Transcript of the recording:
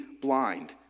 blind